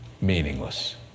meaningless